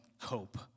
cope